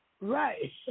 Right